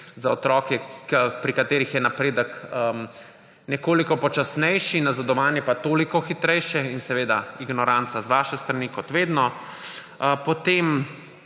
za otroke, pri katerih je napredek nekoliko počasnejši, nazadovanje pa toliko hitrejše. In seveda ignoranca z vaše strani, kot vedno. Da